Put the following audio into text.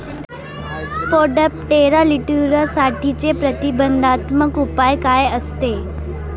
Spodoptera लिट्युरासाठीचे प्रतिबंधात्मक उपाय काय आहेत?